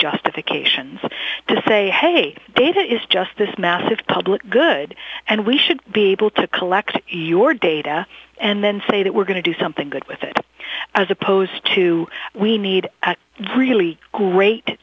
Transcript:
justifications to say hey data is just this massive public good and we should be able to collect your data and then say that we're going to do something good with it as opposed to we need really great